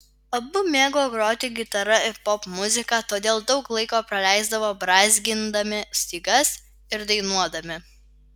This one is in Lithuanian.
abu mėgo groti gitara ir popmuziką todėl daug laiko praleisdavo brązgindami stygas ir dainuodami